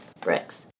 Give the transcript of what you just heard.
Bricks